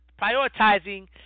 prioritizing